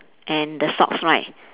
and the socks right